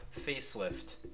facelift